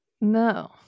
No